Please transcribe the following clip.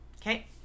Okay